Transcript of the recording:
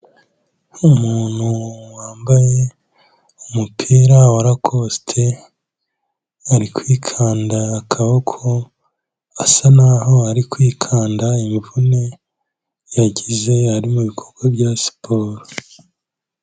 Nku umuntu wambaye umupira wa locosite, ari kwikanda akaboko asa naho ari kwikanda imvune yagize yari mu bikorwa bya siporo.